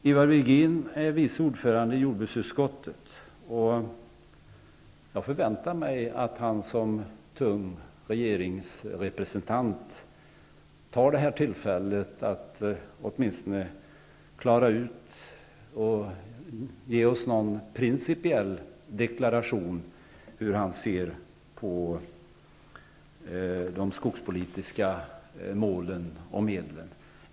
Ivar Virgin är vice ordförande i jordbruksutskottet. Jag förväntar mig att han som tung regeringsrepresentant tar detta tillfälle att ge oss en principiell deklaration om hur han ser på de skogspolitiska målen och medlen.